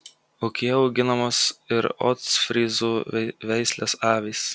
ūkyje auginamos ir ostfryzų veislės avys